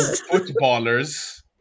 Footballers